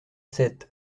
sept